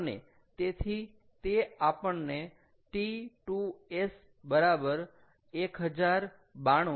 અને તેથી તે આપણને T2s બરાબર 1092